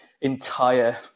entire